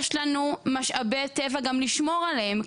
יש לנו משאבי טבע גם לשמור עליהם.